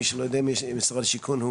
מי שלא יודע משרד השיכון הוא